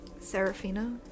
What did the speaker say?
Serafina